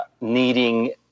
needing